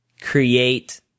create